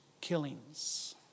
killings